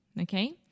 Okay